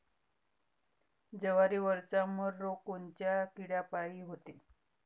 जवारीवरचा मर रोग कोनच्या किड्यापायी होते?